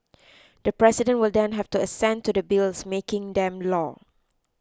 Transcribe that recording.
the president will then have to assent to the bills making them law